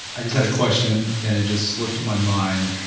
i just had a question and i just slipped my mind.